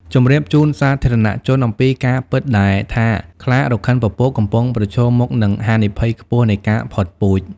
ជម្រាបជូនសាធារណជនអំពីការពិតដែលថាខ្លារខិនពពកកំពុងប្រឈមមុខនឹងហានិភ័យខ្ពស់នៃការផុតពូជ។